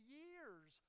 years